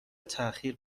تاخیر